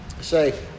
say